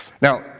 Now